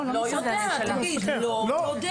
תגיד שאתה לא יודע.